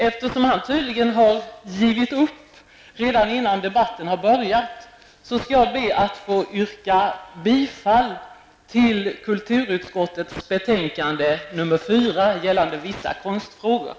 Eftersom han tydligen har givit upp innan debatten har börjat, skall jag be att få yrka bifall till utskottets hemställan i betänkande 4 gällande vissa konstfrågor.